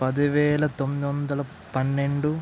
పదివేల తొమ్మిది వందల పన్నెండు